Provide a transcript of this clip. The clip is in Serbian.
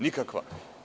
Nikakvu.